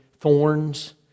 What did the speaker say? Thorns